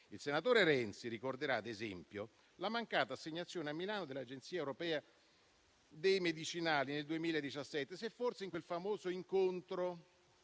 Il senatore Renzi ricorderà, ad esempio, la mancata assegnazione a Milano dell'Agenzia europea dei medicinali, nel 2017. Se forse, in quel famoso incontro